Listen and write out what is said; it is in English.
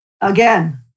again